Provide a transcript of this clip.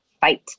fight